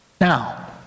Now